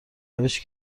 روشی